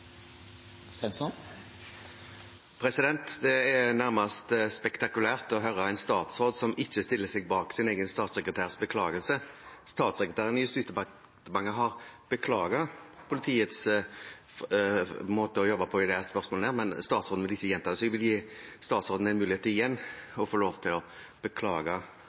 Det er nærmest spektakulært å høre en statsråd som ikke stiller seg bak sin egen statssekretærs beklagelse. Statssekretæren i Justisdepartementet har beklaget politiets måte å jobbe på i dette spørsmålet, men statsråden vil ikke gjenta det. Jeg vil igjen gi statsråden en mulighet til å få lov til å beklage